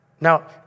Now